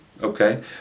Okay